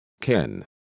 Ken